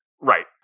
Right